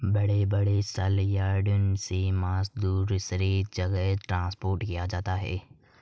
बड़े बड़े सलयार्ड से मांस दूसरे जगह ट्रांसपोर्ट किया जाता है